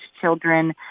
children